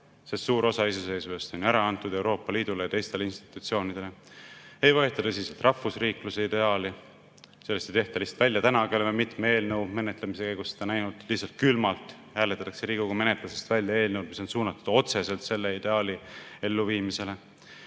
sest suur osa iseseisvusest on ära antud Euroopa Liidule ja teistele institutsioonidele. Ei võeta tõsiselt rahvusriikluse ideaali. Sellest ei tehta lihtsalt välja. Tänagi oleme mitme eelnõu menetlemise käigus seda näinud: lihtsalt külmalt hääletatakse Riigikogu menetlusest välja eelnõud, mis on suunatud otseselt selle ideaali elluviimisele.